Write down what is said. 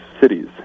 cities